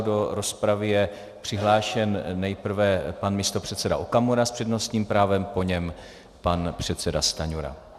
Do rozpravy je přihlášen nejprve pan místopředseda Okamura s přednostním právem, po něm pan předseda Stanjura.